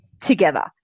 together